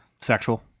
Sexual